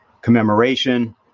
commemoration